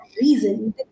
reason